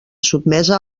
sotmesa